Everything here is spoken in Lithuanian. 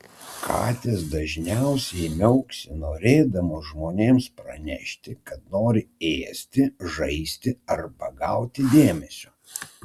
katės dažniausiai miauksi norėdamos žmonėms pranešti kad nori ėsti žaisti arba gauti dėmesio